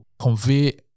convey